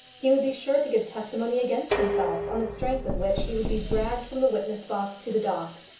he would be sure to give testimony against himself, on the strength of which he would be dragged from the witness-box to the dock.